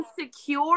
insecure